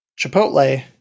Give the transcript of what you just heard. Chipotle